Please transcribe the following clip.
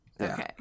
Okay